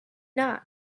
not